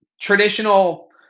traditional